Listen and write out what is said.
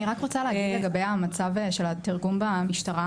רק רוצה להגיד לגבי המצב של התרגום במשטרה.